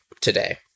today